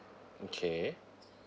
okay